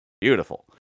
beautiful